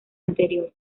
anterior